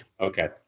Okay